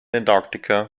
antarctica